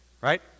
right